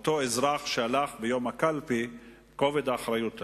אותו אזרח שהלך ביום הבחירות לקלפי ואת כובד האחריות עליו.